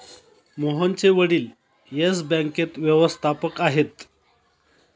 मोहनचे वडील येस बँकेत व्यवस्थापक आहेत